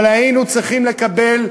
אבל היינו צריכים לקבל,